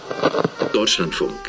Deutschlandfunk